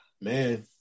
Man